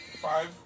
Five